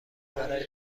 برای